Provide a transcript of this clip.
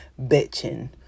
bitching